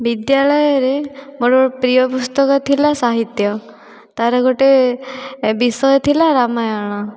ବିଦ୍ୟାଳୟରେ ମୋର ପ୍ରିୟ ପୁସ୍ତକ ଥିଲା ସାହିତ୍ୟ ତାର ଗୋଟିଏ ବିଷୟ ଥିଲା ରାମାୟଣ